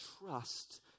trust